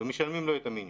ומשלמים לו את המינימום.